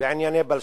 בענייני בלשנות.